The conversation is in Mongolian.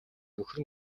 нөхөр